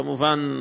כמובן,